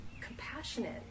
compassionate